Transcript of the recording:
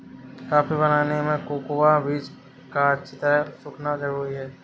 coffee बनाने में cocoa बीज का अच्छी तरह सुखना जरूरी है